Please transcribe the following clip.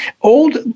old